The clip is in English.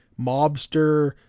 mobster